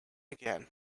again